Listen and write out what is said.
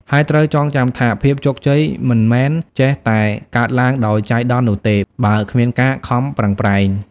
ហើយត្រូវចងចាំថា ភាពជោគជ័យមិនមែនចេះតែកើតឡើងដោយចៃដន្យនោះទេ បើគ្មានការខំប្រឹងប្រែង។